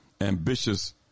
ambitious